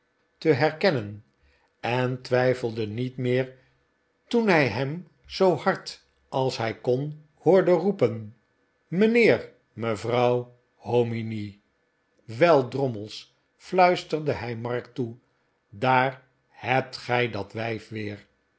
te herkennen en twijfelde niet meer toen hij hem zoo hard als hij kon hoorde roepen mijnheer mevrouw hominy wel drommels fluisterde hij mark toe daar hebt gij dat wijf weer